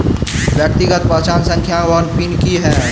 व्यक्तिगत पहचान संख्या वा पिन की है?